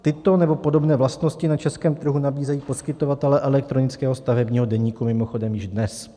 Tyto nebo podobné vlastnosti na českém trhu nabízejí poskytovatelé elektronického stavebního deníku mimochodem již dnes.